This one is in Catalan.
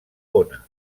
ona